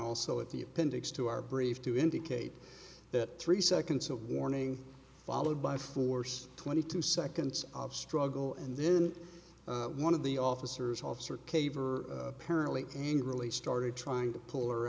also at the appendix to our brief to indicate that three seconds of warning followed by force twenty two seconds of struggle and then one of the officers officer caver apparently angrily started trying to pull her